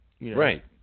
right